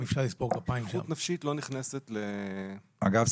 נכות נפשית לא נכנסת --- אגב,